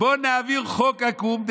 בואו נעביר חוק עקום.